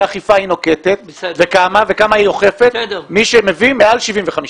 אכיפה היא נוקטת וכמה היא אוכפת מי שמביא מעל 75 דולר.